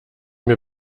mir